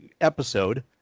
episode